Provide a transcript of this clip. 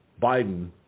Biden